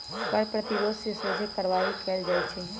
कर प्रतिरोध में सोझे कार्यवाही कएल जाइ छइ